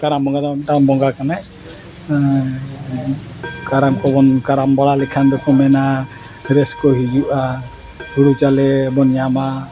ᱠᱟᱨᱟᱢ ᱵᱚᱸᱜᱟ ᱫᱚ ᱢᱤᱫᱴᱟᱝ ᱵᱚᱸᱜᱟ ᱠᱟᱱᱟᱭ ᱠᱟᱨᱟᱢ ᱠᱚᱵᱚᱱ ᱠᱟᱨᱟᱢ ᱵᱟᱲᱟ ᱞᱮᱠᱷᱟᱱ ᱫᱚᱠᱚ ᱢᱮᱱᱟ ᱨᱟᱹᱥᱠᱚ ᱦᱤᱡᱩᱜᱼᱟ ᱦᱩᱲᱩ ᱪᱟᱣᱞᱮ ᱵᱚᱱ ᱧᱟᱢᱟ